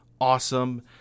awesome